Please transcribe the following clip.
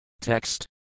Text